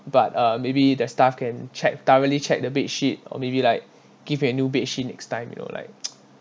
but uh maybe the staff can check thoroughly check the bedsheet or maybe like give an new bedsheet next time you know like